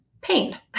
pain